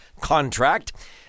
contract